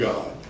God